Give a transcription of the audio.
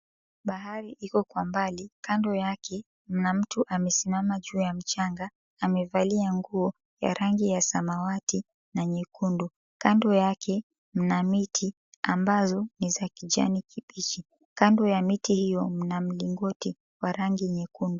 Bahari iko kwa mbali kando yake mna mtu amesimama juu ya mchanga amevalia nguo ya rangi ya samawati na nyekundu kando yake mna miti ambazo ni za kijani kibichi kando ya miti hiyo mna mlingoti wa rangi nyekundu.